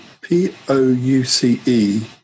P-O-U-C-E